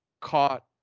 caught